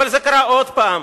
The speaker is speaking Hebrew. אבל זה קרה לפני כן,